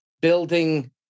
building